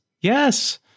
Yes